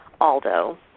Aldo